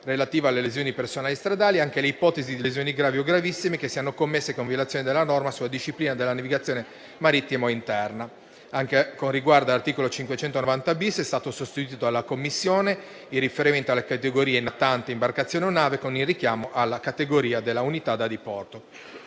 relativa alle lesioni personali stradali anche alle ipotesi di lesioni gravi o gravissime che siano commesse con violazioni della norma sulla disciplina della navigazione marittima o interna. Anche con riguardo all'articolo 590-*bis* è stato sostituito dalla Commissione il riferimento alle categorie natante, imbarcazione o nave con il richiamo alla categoria dell'unità da diporto.